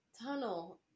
tunnel